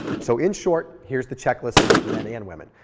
so in short, here's the checklist for both men and women.